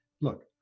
look